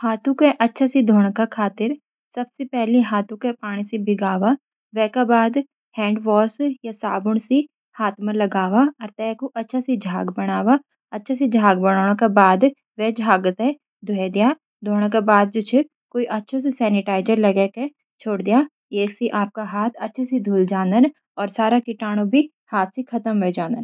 हाथों के अच्छा सी धोन का खातिर सबसी पहली हाथों के पानी सी भीगावा, वे का बाद हैंडवाश या साबुन के हाथ म लगवा वैकु अच्छा सी झाग बनावा, अच्छा सी झाग बाणों का बाद वे झाग ते धोई दया, धून का बाद जु छ कोई अछू सी सैनिटाइजर लगाई के छोड़ दया ऐसी आप का हाथ अच्छी सी धुली जां दन और सारा कीटाणु भी अच्छा सी साफ वाई जां दन।